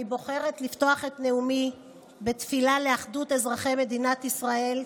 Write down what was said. אני בוחרת לפתוח את נאומי בתפילה לאחדות אזרחי מדינת ישראל,